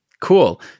cool